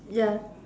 ya